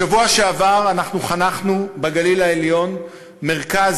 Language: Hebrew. בשבוע שעבר חנכנו בגליל העליון מרכז